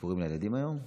סיפור עם הילדים היום?